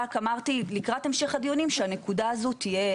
רק אמרתי לקראת המשך הדיונים שהנקודה הזאת תהיה